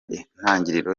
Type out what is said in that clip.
intangiriro